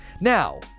Now